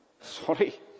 Sorry